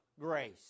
grace